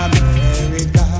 America